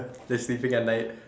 they're sleeping at night